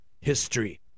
history